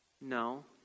No